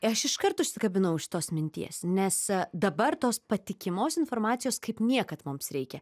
aš iškart užsikabinau už tos minties nes dabar tos patikimos informacijos kaip niekad mums reikia